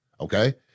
okay